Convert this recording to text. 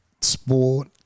sport